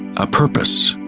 a purpose.